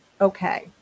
okay